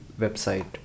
website